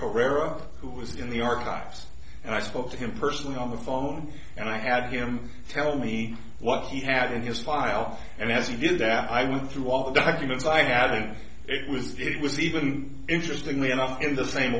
herrera who was in the archives and i spoke to him personally on the phone and i had him tell me what he had in his file and as you do that i went through all the documents i had and it was it was even interestingly enough in the same